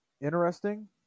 interesting